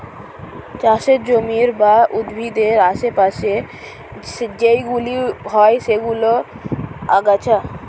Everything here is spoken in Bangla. চাষের জমির বা উদ্ভিদের আশে পাশে যেইগুলো হয় সেইগুলো আগাছা